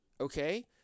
okay